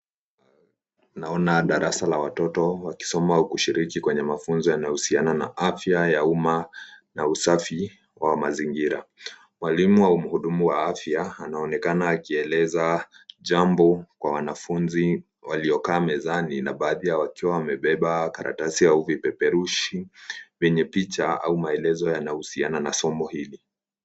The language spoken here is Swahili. Naona darasa la watoto wakisoma au kushiriki kwenye mafunzo yanayohusiana na afya ya umma ya usafi wa mazingira. Mwalimu au mhudumu wa afya anaonekana akieleza jambo kwa wanafunzi waliokaa mezani na baadhi yao wakiwa wamebeba karatasi au vipeperushi vyenye picha au maelezo yanayohusiana na somo hili.